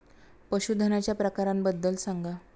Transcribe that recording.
पशूधनाच्या प्रकारांबद्दल सांगा